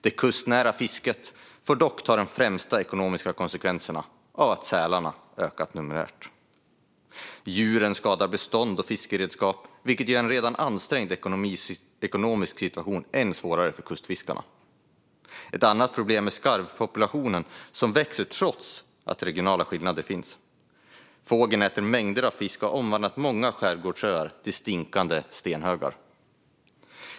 Det kustnära fisket får dock ta de största ekonomiska konsekvenserna av att sälarna ökat numerärt. Djuren skadar bestånd och fiskeredskap, vilket gör en redan ansträngd ekonomisk situation än svårare för kustfiskarna. Ett annat problem är skarvpopulationen som växer, även om regionala skillnader finns. Fågeln äter mängder av fisk och har omvandlat många skärgårdsöar till stinkande stenhögar.